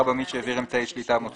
אני קורא עם המחיקות.